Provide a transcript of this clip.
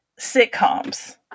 sitcoms